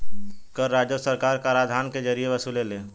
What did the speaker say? कर राजस्व सरकार कराधान के जरिए वसुलेले